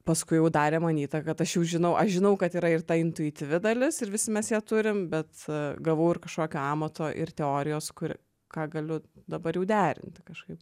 paskui jau darė manyta kad aš jau žinau aš žinau kad yra ir ta intuityvi dalis ir visi mes ją turim bet gavau ir kažkokio amato ir teorijos kur ką galiu dabar jau derinti kažkaip